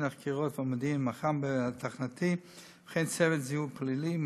החקירות והמודיעין התחנתי וצוות זיהוי פלילי,